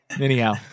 Anyhow